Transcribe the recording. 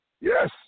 Yes